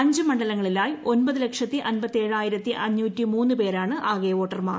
അഞ്ച് മണ്ഡലങ്ങളിലായി ഒമ്പത് ലക്ഷത്തി അമ്പത്തിയേഴായിരത്തി അഞ്ഞൂറ്റി മൂന്ന് പേരാണ് ആകെ വോട്ടർമാർ